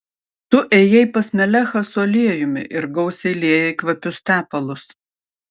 tu ėjai pas melechą su aliejumi ir gausiai liejai kvapius tepalus